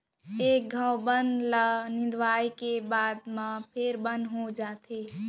एक घौं बन ल निंदवाए के बाद म फेर बन हो जाथे